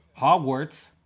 Hogwarts